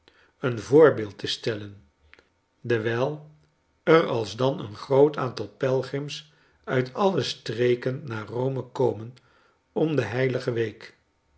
een voorbeeld te stellen dewijl er alsdan een groot aantal pelgrims uit alle streken naar rome komen om de heilige week